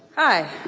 hi.